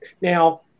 now